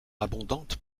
abondante